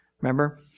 Remember